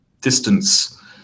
distance